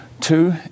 Two